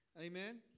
Amen